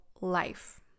life